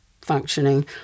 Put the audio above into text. functioning